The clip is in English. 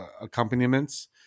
accompaniments